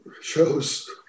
shows